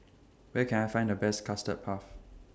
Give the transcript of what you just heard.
Where Can I Find The Best Custard Puff